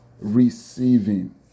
receiving